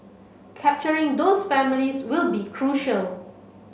capturing those families will be crucial